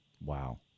Wow